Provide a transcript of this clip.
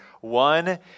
One